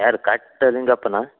ಯಾರು ಕಾಟಲಿಂಗಪ್ಪನಾ